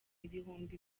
ibihumbi